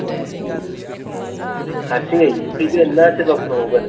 औ हारसिङै फैगोन ना सोरबा फैफाबावगोन